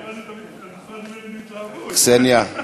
קסניה,